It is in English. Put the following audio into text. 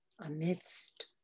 amidst